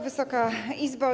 Wysoka Izbo!